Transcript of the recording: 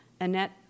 Annette